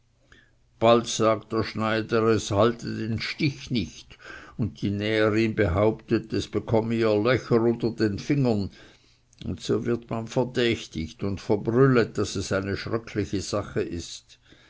bald sagt der schneider es halte den stich nicht und die näherin behauptet es bekomme ihr löcher unter den fingern und so wird man verdächtigt und verbrüllet daß es eine schröckliche sache ist